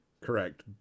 Correct